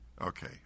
Okay